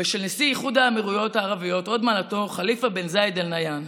ושל נשיא איחוד האמירויות הערביות הוד מעלתו ח'ליפה בן זאייד אאל-נהיאן.